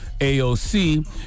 AOC